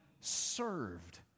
served